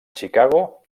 chicago